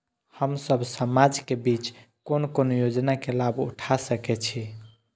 हम सब समाज के बीच कोन कोन योजना के लाभ उठा सके छी?